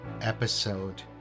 episode